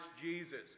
Jesus